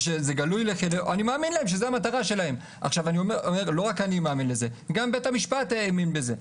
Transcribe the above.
לא רק אני מאמין לזה, גם בית המשפט האמין לזה.